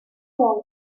all